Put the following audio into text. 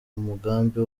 mugambi